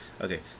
Okay